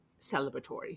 celebratory